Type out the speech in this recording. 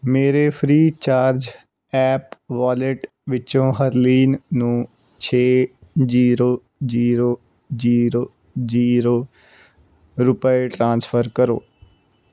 ਮੇਰੇ Freecharge app wallet ਵਿੱਚੋਂ ਹਰਲੀਨ ਨੂੰ ਛੇ ਜ਼ੀਰੋ ਜ਼ੀਰੋ ਜ਼ੀਰੋ ਜ਼ੀਰੋ ਰੁਪਏ ਟ੍ਰਾਂਸਫਰ ਕਰੋ